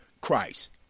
Christ